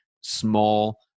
small